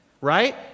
right